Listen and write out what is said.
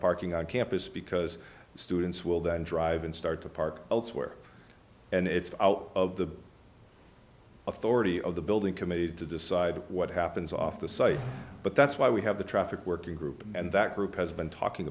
parking on campus because students will then drive and start to park elsewhere and it's out of the authority of the building committee to decide what happens off the site but that's why we have the traffic working group and that group has been talking